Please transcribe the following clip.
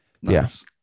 Yes